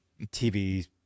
TV